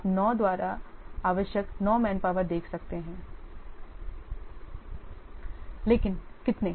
आप 9 द्वारा आवश्यक 9 मैनपावर देख सकते हैं लेकिन कितने